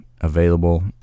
available